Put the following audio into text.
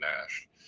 NASH